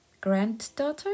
granddaughter